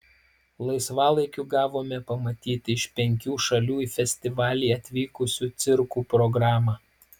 laisvalaikiu gavome pamatyti iš penkių šalių į festivalį atvykusių cirkų programą